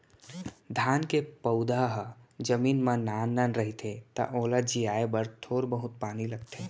धान के पउधा ह जमीन म नान नान रहिथे त ओला जियाए बर थोर बहुत पानी लगथे